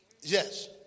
Yes